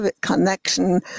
connection